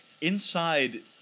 inside